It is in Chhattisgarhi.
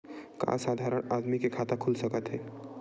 का साधारण आदमी के खाता खुल सकत हे?